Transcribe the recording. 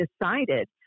decided